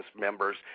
members